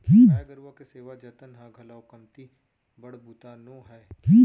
गाय गरूवा के सेवा जतन ह घलौ कमती बड़ बूता नो हय